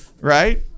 Right